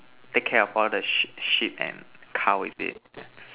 take care of all the sheep sheep and cow is it